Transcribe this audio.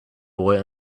boy